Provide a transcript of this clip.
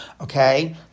okay